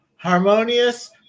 Harmonious